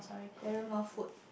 Golden Mile food